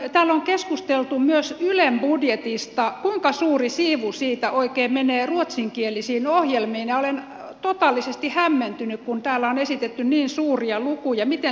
täällä on keskusteltu myös ylen budjetista kuinka suuri siivu siitä oikein menee ruotsinkielisiin ohjelmiin ja olen totaalisesti hämmentynyt kun täällä on esitetty niin suuria lukuja miten se on mahdollista